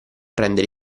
rendere